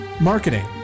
Marketing